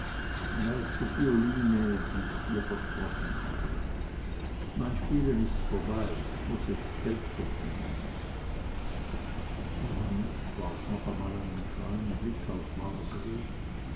da ist die violine die ich dir versprochen habe mein spielen ist vorbei ich muß jetzt geld verdienen johannes warf noch einmal einen scheuen blick auf